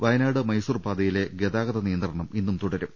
വയനാട് മൈസൂർ പാത യിലെ ഗതാഗത നിയന്ത്രണം ഇന്നും തുടരും